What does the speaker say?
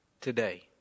today